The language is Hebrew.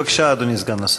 בבקשה, אדוני סגן השר.